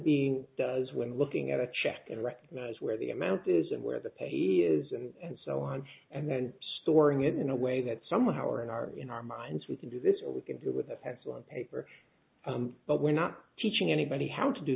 being does when looking at a check to recognize where the amount is and where the page is and so on and then storing it in a way that some of our in our in our minds we can do this or we can do it with a pencil and paper but we're not teaching anybody how to do